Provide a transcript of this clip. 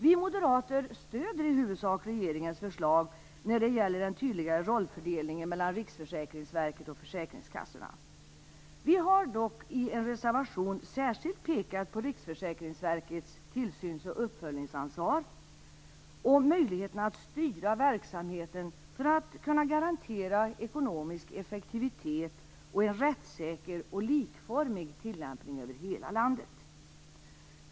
Vi moderater stöder i huvudsak regeringens förslag när det gäller den tydligare rollfördelningen mellan Riksförsäkringsverket och försäkringskassorna. Vi moderater har dock i en reservation särskilt pekat på Riksförsäkringsverkets tillsyns och uppföljningsansvar och möjligheten att styra verksamheten för att kunna garantera ekonomisk effektivitet och en rättssäker och likformig tillämpning över hela landet.